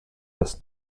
das